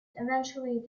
eventually